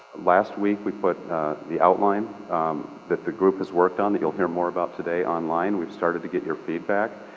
last week we put the outline that the group has worked on, that you'll hear more about today, online. we've started to get your feedback.